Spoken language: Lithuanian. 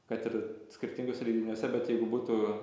kad ir skirtinguose leidiniuose bet jeigu būtų